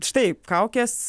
štai kaukės